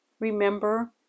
remember